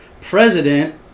president